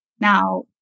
Now